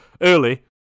early